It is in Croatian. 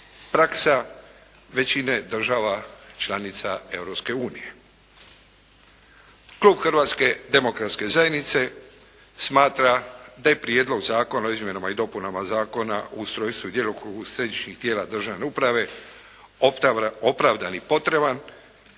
praksa, većine država članica Europske unije. Klub Hrvatske demokratske zajednice smatra da je Prijedlog zakona o izmjenama i dopunama Zakona o ustrojstvu i djelokrugu središnjih tijela državne uprave opravdani i potreban